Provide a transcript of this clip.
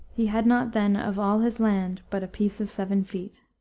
he had not then of all his land but a piece of seven feet.